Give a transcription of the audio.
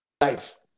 life